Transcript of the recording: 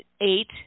eight